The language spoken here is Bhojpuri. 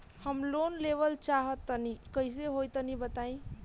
हम लोन लेवल चाहऽ तनि कइसे होई तनि बताई?